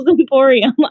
Emporium